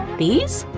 these?